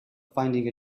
finding